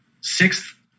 sixth